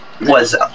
was-